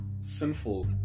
sinful